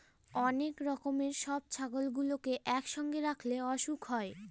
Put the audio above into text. অনেক রকমের সব ছাগলগুলোকে একসঙ্গে রাখলে অসুখ হয়